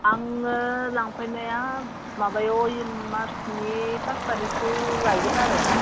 आंङो लांफैनाया माबायाव ओइ मार्सनि पास तारिखसोआव लायगोन आरो